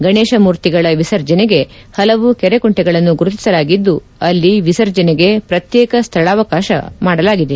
ಗಣೇಶ ಮೂರ್ತಿಗಳ ವಿಸರ್ಜನೆಗೆ ಹಲವು ಕೆರೆ ಕುಂಟೆಗಳನ್ನು ಗುರುತಿಸಲಾಗಿದ್ದು ಅಲ್ಲಿ ವಿಸರ್ಜನೆಗೆ ಪ್ರತ್ಯೇಕ ಸ್ಥಳಾವಕಾಶ ಮಾಡಲಾಗಿದೆ